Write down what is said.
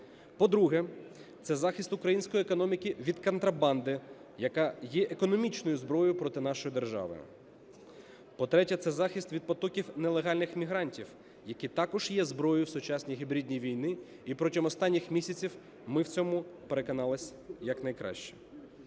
по-друге, це захист української економіки від контрабанди, яка є економічною зброєю проти нашої держави; по-третє, це захист від потоків нелегальних мігрантів, які також є зброєю в сучасній гібридній війні, і протягом останніх місяців ми в цьому переконалися якнайкраще;